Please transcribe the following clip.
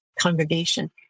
congregation